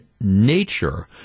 nature